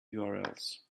urls